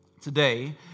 today